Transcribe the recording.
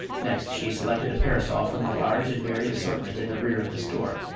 next she selected a parasol from a large and varied assortment in the rear of the store.